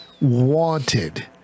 wanted